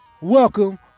welcome